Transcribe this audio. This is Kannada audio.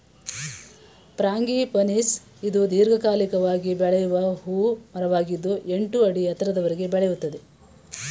ಫ್ರಾಂಗಿಪನಿಸ್ ಇದು ದೀರ್ಘಕಾಲಿಕವಾಗಿ ಬೆಳೆಯುವ ಹೂ ಮರವಾಗಿದ್ದು ಎಂಟು ಅಡಿ ಎತ್ತರದವರೆಗೆ ಬೆಳೆಯುತ್ತದೆ